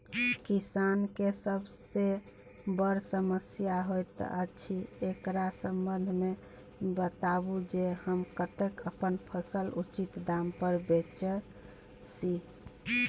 किसान के सबसे बर समस्या होयत अछि, एकरा संबंध मे बताबू जे हम कत्ते अपन फसल उचित दाम पर बेच सी?